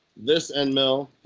this end mill,